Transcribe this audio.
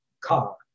car